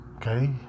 Okay